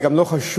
אני גם לא חשוד,